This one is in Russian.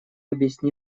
объясни